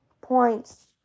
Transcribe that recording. points